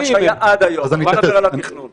מה שהיה עד היום, אני לא מדבר על התכנון.